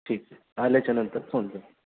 ठीक आल्याच्यानंतर फोन कर